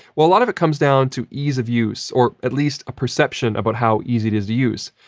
well, a lot of it comes down to ease of use, or at least a perception about how easy it is to use.